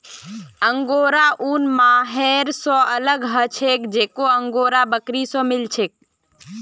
angora ऊन mohair स अलग ह छेक जेको अंगोरा बकरी स मिल छेक